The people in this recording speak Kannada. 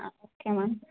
ಹಾಂ ಓಕೆ ಮ್ಯಾಮ್